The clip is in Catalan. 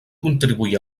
contribuí